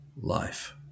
life